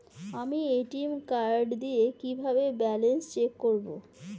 আমি ATM card দিয়ে কিভাবে ব্যালেন্স চেক করব?